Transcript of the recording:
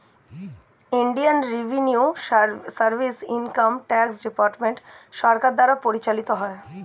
Indian revenue service income tax department সরকার দ্বারা পরিচালিত হয়